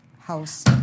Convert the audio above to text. house